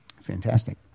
Fantastic